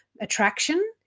attraction